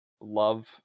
love